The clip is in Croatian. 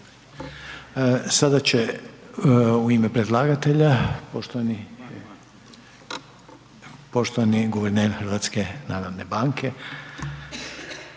Sada će u ime predlagatelja, poštovani guverner HNB-a nešto